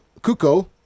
Kuko